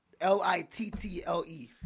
L-I-T-T-L-E